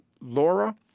Laura